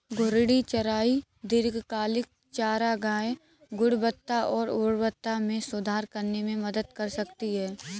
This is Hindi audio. घूर्णी चराई दीर्घकालिक चारागाह गुणवत्ता और उर्वरता में सुधार करने में मदद कर सकती है